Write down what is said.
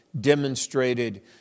demonstrated